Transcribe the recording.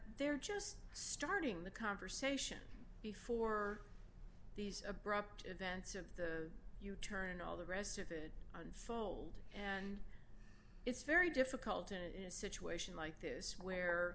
they're just starting the conversation before these abrupt events of the u turn and all the rest of it unfold and it's very difficult in a situation like this where